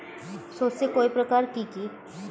শস্য কয় প্রকার কি কি?